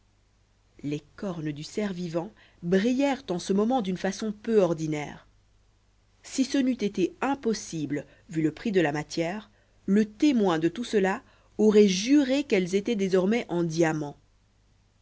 les cornes du cerf vivant brillèrent en ce moment d'une façon peu ordinaire si ce n'eut été impossible vu le prix de la matière le témoin de tout cela aurait juré qu'elles étaient désormais en diamant